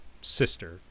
sister